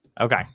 Okay